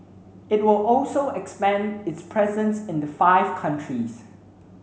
it will also expand its presence in the five countries